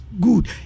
good